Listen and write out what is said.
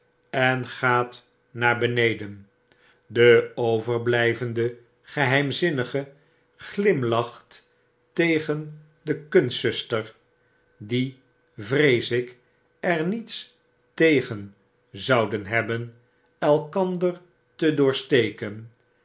en gaat naar beneden de overblijvende geheimzinnige glimlacht tegen de kunstzusters die vrees ik er niets tegen zouden hebben elkander te doorsteken